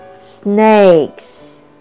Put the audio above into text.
Snakes